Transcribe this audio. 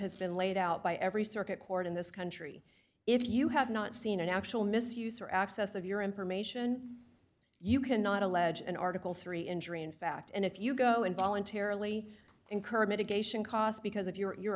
has been laid out by every circuit court in this country if you have not seen an actual misuse or access of your information you cannot allege an article three injury in fact and if you go and voluntarily incur mitigation costs because if you're